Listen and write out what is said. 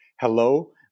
Hello